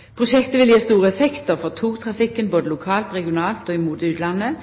prosjektet er byggjeklart. Prosjektet vil gje store effektar for togtrafikken både lokalt, regionalt og mot utlandet.